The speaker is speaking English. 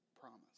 promise